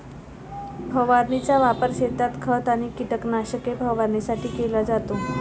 फवारणीचा वापर शेतात खत आणि कीटकनाशके फवारणीसाठी केला जातो